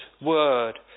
word